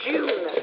June